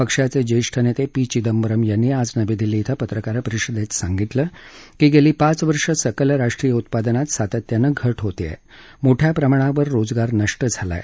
पक्षाचे ज्येष्ठ नेते पी चिदंबरम यांनी आज नवी दिल्ली श्वं पत्रकार परिषदेत सांगितलं की गेली पाच वर्ष सकल राष्ट्रीय उत्पादनात सातत्याने घट होत असून मोठ्या प्रमाणावर रोजगार नष्ट झाला आहे